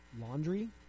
Laundry